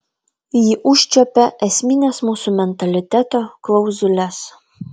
ji užčiuopia esmines mūsų mentaliteto klauzules